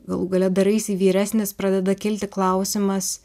galų gale daraisi vyresnis pradeda kilti klausimas